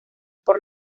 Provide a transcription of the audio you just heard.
por